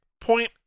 point